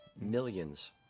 Millions